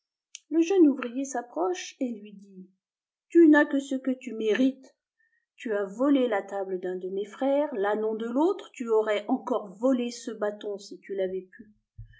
le jeune ouvrier s'approche et lui dit tu n'as que ce que tu mérites tu as volé la jo l'arbre de xoël table d'un de mes frères l'ânon de l'autre tu aurais encore volé ce bâton si tu l'avais pu